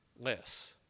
less